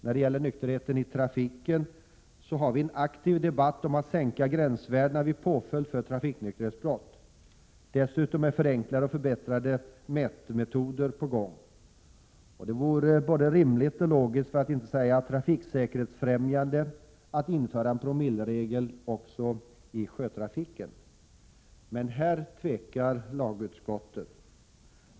I fråga om nykterhet i trafiken har vi en aktiv debatt om att sänka gränsvärdena vid påföljd för trafiknykterhetsbrott. Dessutom är förenklade och förbättrade mätmetoder på gång. Det vore både rimligt och logiskt och trafiksäkerhetsfrämjande att införa en promilleregel också i sjötrafiken. Men här tvekar lagutskottet.